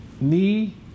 knee